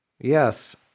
Yes